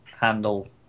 handle